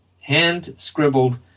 hand-scribbled